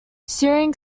shearing